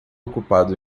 ocupado